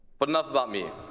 but enough about me.